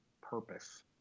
purpose